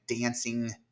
dancing